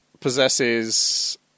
possesses